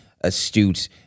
astute